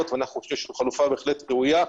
ואנחנו חושבים שזו חלופה בהחלט ראויה.